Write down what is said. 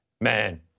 Man